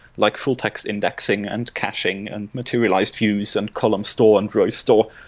like full-text indexing, and caching, and materialized views, and column store, and row store.